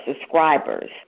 subscribers